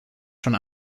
schon